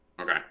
okay